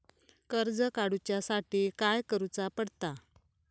कर्ज काडूच्या साठी काय करुचा पडता?